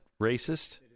racist